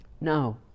No